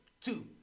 two